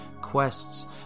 quests